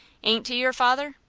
ain't he your father?